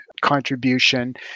contribution